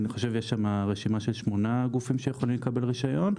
אני חושב שיש שם רשימה של שמונה גופים שיכולים לקבל רישיון,